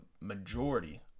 majority